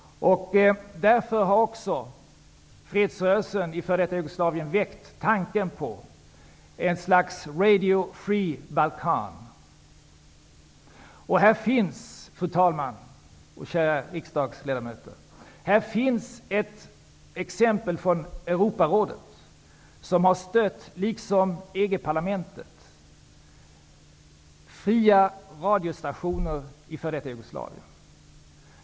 Därför har fredsrörelsen i f.d. Jugoslavien väckt tanken på ett slags ''Radio Free Balkan''. Här finns, fru talman, och kära riksdagsledamöter, exempel. Europarådet har, liksom EG-parlamentet, stött fria radiostationer i f.d. Jugoslavien.